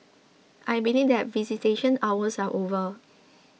I believe that visitation hours are over